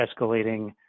escalating